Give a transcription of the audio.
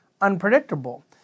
unpredictable